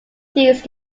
these